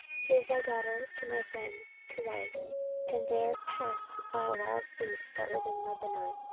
give thy daughter to my son to wife and there passed by a wild beast that was in lebanon,